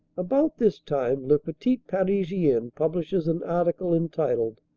about this time le petit parisien publishes an article entitled,